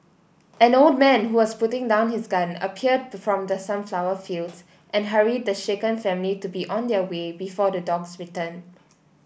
an old man who was putting down his gun appeared from the sunflower fields and hurried the shaken family to be on their way before the dogs return